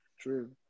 True